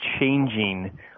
changing